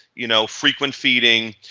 you know, frequent eating.